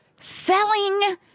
Selling